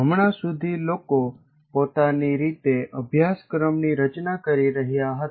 હમણાં સુધી લોકો પોતાની રીતે અભ્યાસક્રમની રચના કરી રહ્યા હતા